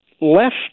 left